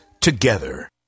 together